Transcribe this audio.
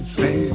say